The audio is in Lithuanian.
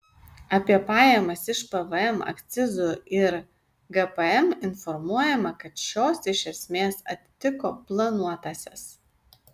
apie pajamas iš pvm akcizų ir gpm informuojama kad šios iš esmės atitiko planuotąsias